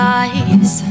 eyes